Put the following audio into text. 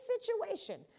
situation